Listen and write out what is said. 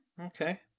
okay